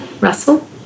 Russell